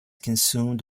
consumed